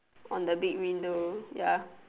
on the big window ya